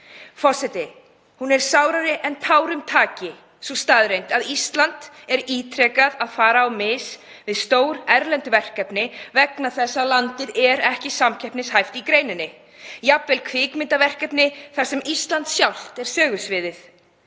Forseti. Hún er sárara en tárum taki sú staðreynd að Ísland fer ítrekað á mis við stór erlend verkefni vegna þess að landið er ekki samkeppnishæft í greininni, jafnvel kvikmyndaverkefni þar sem Ísland sjálft er sögusviðið.